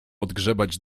odgrzebać